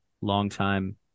longtime